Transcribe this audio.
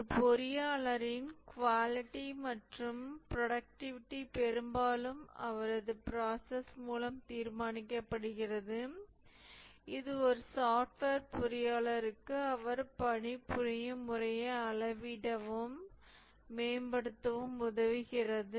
ஒரு பொறியாளரின் குவாலிட்டி மற்றும் புரொடக்ட்டிவிட்டி பெரும்பாலும் அவரது ப்ராசஸ் மூலம் தீர்மானிக்கப்படுகிறது இது ஒரு சாஃப்ட்வேர் பொறியாளருக்கு அவர் பணிபுரியும் முறையை அளவிடவும் மேம்படுத்தவும் உதவுகிறது